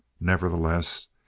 Nevertheless